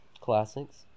Classics